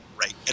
right